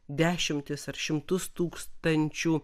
dešimtis ar šimtus tūkstančių